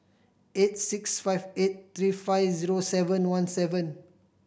eight six five eight three five zero seven one seven